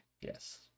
yes